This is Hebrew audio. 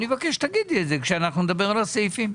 אני מבקש שתגידי את זה כשנדבר על הסעיפים.